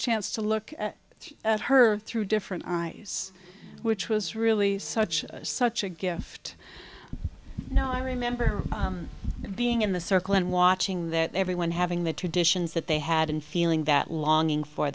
chance to look at her through different eyes which was really such such a gift you know i remember being in the circle and watching that everyone having the traditions that they had and feeling that longing for